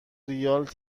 ریال